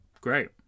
Great